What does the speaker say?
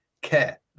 care